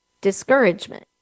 discouragement